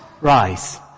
rise